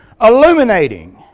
illuminating